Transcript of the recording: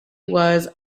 was